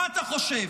מה אתה חושב,